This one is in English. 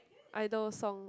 idol song